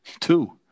Two